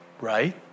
Right